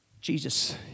Jesus